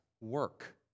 work